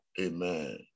Amen